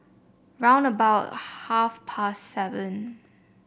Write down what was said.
round about half past seven